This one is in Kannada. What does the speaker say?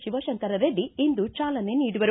ಶಿವಶಂಕರರೆಡ್ಡಿ ಇಂದು ಜಾಲನೆ ನೀಡುವರು